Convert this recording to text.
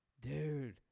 Dude